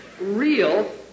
real